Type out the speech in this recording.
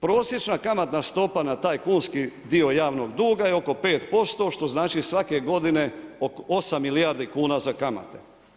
Prosječna kamatna stopa na taj kunski dio javnog duga je oko 5% što znači svake godine 8 milijardi kuna za kamate.